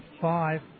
five